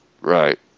right